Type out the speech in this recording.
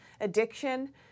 addiction